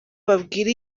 babwira